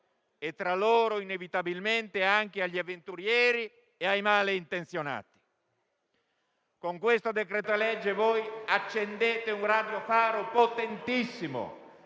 e tra loro, inevitabilmente, anche agli avventurieri e ai male intenzionati. Con questo decreto-legge voi accendete un radiofaro potentissimo